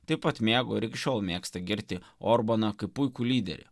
taip pat mėgo ir iki šiol mėgsta girti orbaną kaip puikų lyderį